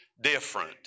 different